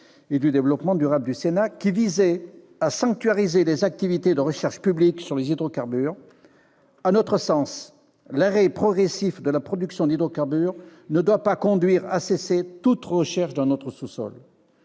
et du développement durable du Sénat, qui visait à sanctuariser les activités de recherche publique sur les hydrocarbures. À notre sens, l'arrêt progressif de la production d'hydrocarbures ne doit pas conduire à cesser toute recherche dans notre sous-sol.